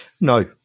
No